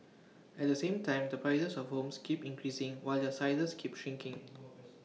at the same time the prices of homes keep increasing while their sizes keep shrinking